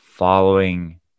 following